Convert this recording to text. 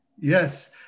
Yes